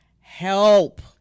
Help